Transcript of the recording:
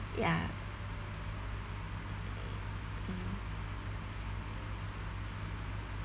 ya